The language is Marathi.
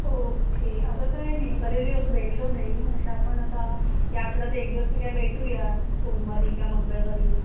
ओके अगं काय नाही बरेच दिवस भेटलो नाही म्हटलं आपण आता या आठवड्यात एक दिवस सगळ्या भेटूया सोमवारी किंवा मंगळवारी